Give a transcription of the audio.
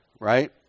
Right